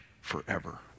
forever